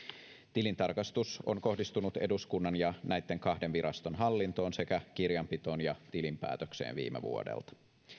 tilintarkastus on kohdistunut eduskunnan ja näitten kahden viraston hallintoon sekä kirjanpitoon ja tilinpäätökseen viime vuodelta